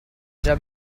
già